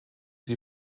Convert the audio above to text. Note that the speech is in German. sie